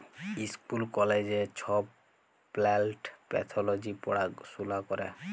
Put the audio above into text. school কলেজে ছব plant pathology পড়াশুলা ক্যরে